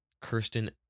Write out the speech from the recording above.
Kirsten